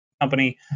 company